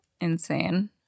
Insane